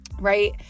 right